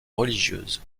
religieuse